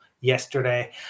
yesterday